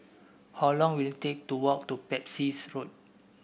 how long will it take to walk to Pepys Road